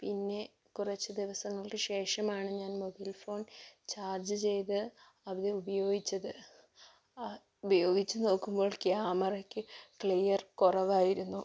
പിന്നെ കുറച്ച് ദിവസങ്ങൾക്ക് ശേഷമാണ് ഞാൻ മൊബൈൽ ഫോൺ ചാർജ് ചെയ്ത് അത് ഉപയോഗിച്ചത് ഉപയോഗിച്ച് നോക്കുമ്പോൾ ക്യാമറക്ക് ക്ലിയർ കുറവായിരുന്നു